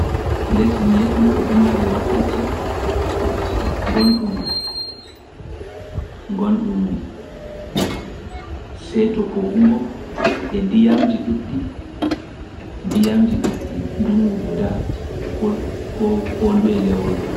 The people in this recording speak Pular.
Lesdi mi Viyettanam ɗon mari wakkati gonɗum gonɗum see to poowngo e ndiyamji ɗuɗɗi ndiyamji ɗuɗɗi ndungu gu daa ko ko konduye lewru